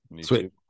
Sweet